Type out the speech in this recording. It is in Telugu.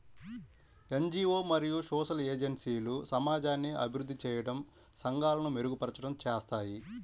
ఎన్.జీ.వో మరియు సోషల్ ఏజెన్సీలు సమాజాన్ని అభివృద్ధి చేయడం, సంఘాలను మెరుగుపరచడం చేస్తాయి